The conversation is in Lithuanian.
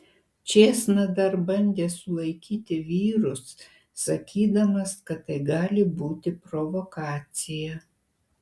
čėsna dar bandė sulaikyti vyrus sakydamas kad tai gali būti provokacija